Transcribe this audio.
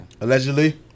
allegedly